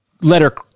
letter